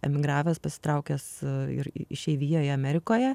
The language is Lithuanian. emigravęs pasitraukęs ir išeivija amerikoje